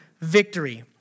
victory